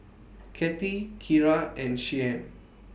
Cathi Kira and Shianne